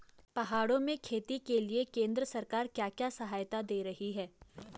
पहाड़ों में खेती के लिए केंद्र सरकार क्या क्या सहायता दें रही है?